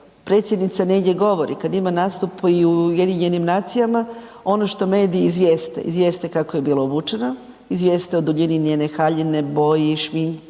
predsjednica negdje govori, kad ima nastup i u UN-u, ono što mediji izvijeste kako je bila obučena, izvijeste o duljini njene haljine, boji, šminci